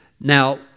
Now